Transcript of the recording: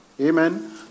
Amen